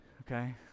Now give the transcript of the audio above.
Okay